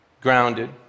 grounded